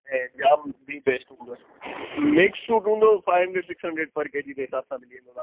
ऐं जामु the best हुंदो आहे मिक्स फ़्रूट हुंदो फ़ाए हंड्रेड सिक्स हंड्रेड पर के जी जे हिसाब सां मिली वेंदो तव्हांखे